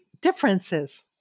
differences